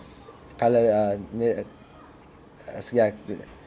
colour uh